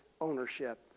ownership